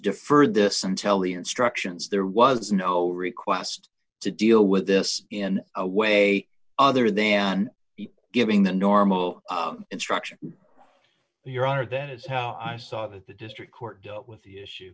deferred this until the instructions there was no request to deal with this in a way other than giving the normal instruction your honor that is how i saw it at the district court with the issue